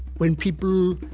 when people